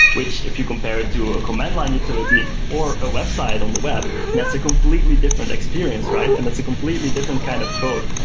which if you compare it to a command line utility, or a website on the web, that's a completely different experience, right? and that's a completely different kind of code.